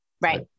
Right